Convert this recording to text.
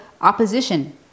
opposition